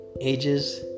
Ages